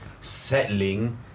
settling